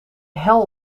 hel